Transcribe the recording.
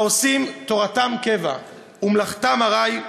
העושים תורתם קבע ומלאכתם עראי,